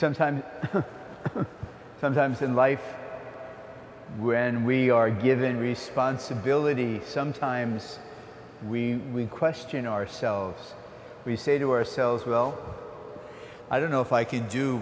sometimes sometimes in life when we are given responsibility sometimes we question ourselves we say to ourselves well i don't know if i can do